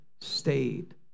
stayed